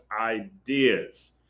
ideas